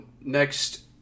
next